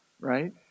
right